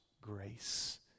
grace